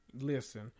Listen